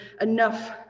enough